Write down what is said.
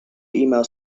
email